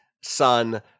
son